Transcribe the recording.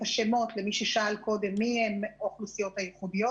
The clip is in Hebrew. השמות למי ששאל קודם מי הן האוכלוסיות הייחודיות.